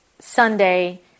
Sunday